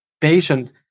patient